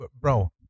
Bro